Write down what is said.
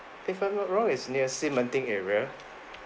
if I'm not wrong is near xi men ting area